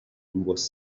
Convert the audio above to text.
was